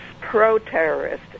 pro-terrorist